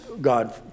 God